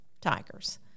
tigers